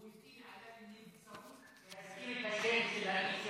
הוא הטיל עליו נבצרות להזכיר את השם של האיש הזה,